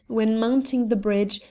when mounting the bridge,